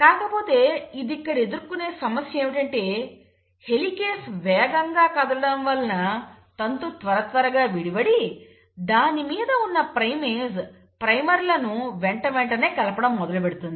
కాకపోతే ఇది ఇక్కడ ఎదుర్కొనే సమస్య ఏమిటంటే హెలికేస్ వేగంగా కదలడం వలన తంతు త్వరత్వరగా విడివడి దానిమీద ఉన్న ప్రైమేస్ ప్రైమర్లను వెంటవెంటనే కలపడం మొదలుపెడుతుంది